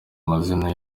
amazina